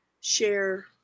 share